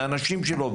והאנשים שלו,